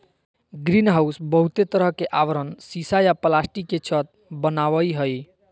greenhouse बहुते तरह के आवरण सीसा या प्लास्टिक के छत वनावई हई